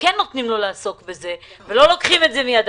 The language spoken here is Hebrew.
כן נותנים לו לעסוק בזה ולא לוקחים את זה מידיו.